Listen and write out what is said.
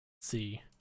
see